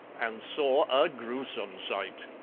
and saw a gruesome sight.